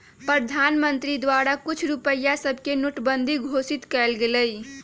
प्रधानमंत्री द्वारा कुछ रुपइया सभके नोटबन्दि घोषित कएल गेलइ